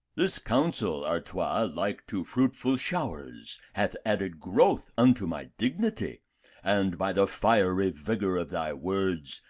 this counsel, artois, like to fruitful showers, hath added growth unto my dignity and, by the fiery vigor of thy words,